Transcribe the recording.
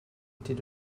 était